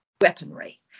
weaponry